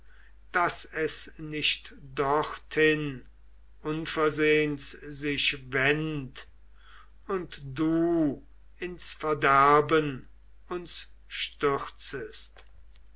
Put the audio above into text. daß es nicht dorthin unversehens sich wend und du ins verderben uns stürzest